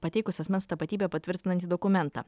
pateikus asmens tapatybę patvirtinantį dokumentą